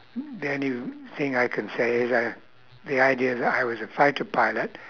the only thing I can say is uh the idea that I was a fighter pilot